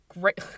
great